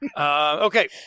Okay